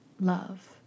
Love